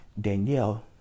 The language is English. Danielle